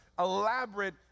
elaborate